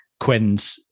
Quinns